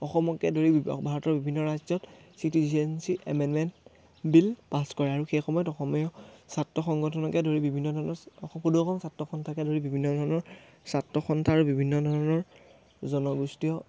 অসমকে ধৰি বি ভাৰতৰ বিভিন্ন ৰাজ্যত চিটিজেনশ্বিপ এমেণ্ডমেণ্ট বিল পাছ কৰে আৰু সেই সময়ত অসমীয়া ছাত্ৰ সংগঠনকে ধৰি বিভিন্ন ধৰণৰ সদৌ অসম ছাত্ৰসন্থাকে ধৰি বিভিন্ন ধৰণৰ ছাত্ৰসন্থা আৰু বিভিন্ন ধৰণৰ জনগোষ্ঠীয়